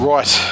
Right